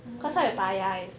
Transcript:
orh